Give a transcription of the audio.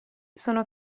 sono